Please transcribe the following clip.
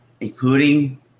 including